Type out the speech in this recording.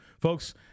folks